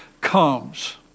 comes